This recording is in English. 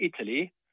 Italy